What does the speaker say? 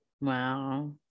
Wow